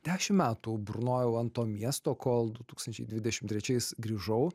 dešim metų burnojau ant to miesto kol du tūkstančiai dvidešim trečiais grįžau